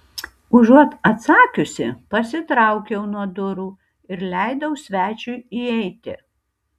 užuot atsakiusi pasitraukiau nuo durų ir leidau svečiui įeiti